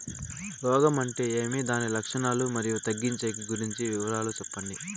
రోగం అంటే ఏమి దాని లక్షణాలు, మరియు తగ్గించేకి గురించి వివరాలు సెప్పండి?